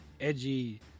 edgy